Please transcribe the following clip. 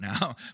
now